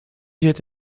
zit